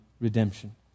redemption